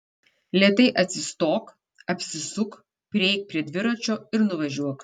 lėtai atsistok apsisuk prieik prie dviračio ir nuvažiuok